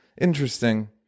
Interesting